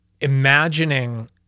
imagining